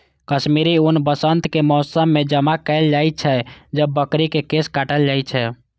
कश्मीरी ऊन वसंतक मौसम मे जमा कैल जाइ छै, जब बकरी के केश काटल जाइ छै